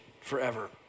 forever